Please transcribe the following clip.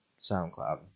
SoundCloud